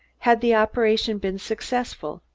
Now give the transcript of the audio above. had the operation been successful?